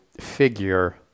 figure